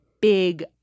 big